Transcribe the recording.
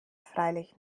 freilich